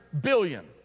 billion